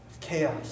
chaos